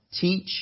teach